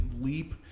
leap